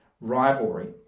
rivalry